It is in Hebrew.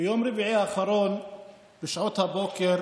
ביום רביעי האחרון בשעות הבוקר